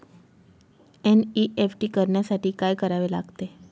NEFT करण्यासाठी काय करावे लागते?